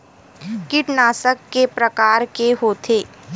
कीटनाशक के प्रकार के होथे?